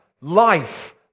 life